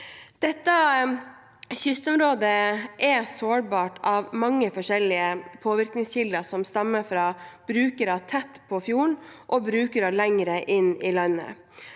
Dette kystområdet er sårbart på grunn av mange forskjellige påvirkningskilder som stammer fra brukere tett på fjorden og brukere lenger inn i landet.